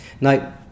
Now